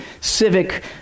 civic